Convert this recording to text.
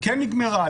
כן נגמרה,